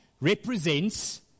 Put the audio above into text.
represents